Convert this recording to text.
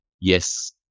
Yes